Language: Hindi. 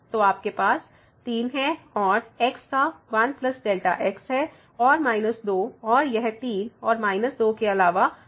तो आपके पास 3 है और x का 1 Δx है और माइनस 2 और यह 3 और माइनस 2 के अलावा कुछ नहीं है